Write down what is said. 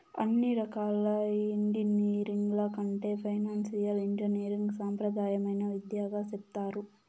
అన్ని రకాల ఎంగినీరింగ్ల కంటే ఫైనాన్సియల్ ఇంజనీరింగ్ సాంప్రదాయమైన విద్యగా సెప్తారు